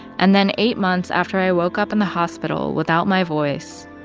and then eight months after i woke up in the hospital without my voice,